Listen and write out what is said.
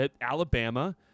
Alabama